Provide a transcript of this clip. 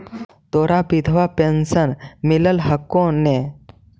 तोहरा विधवा पेन्शन मिलहको ने?